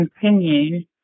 continue